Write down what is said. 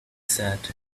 sat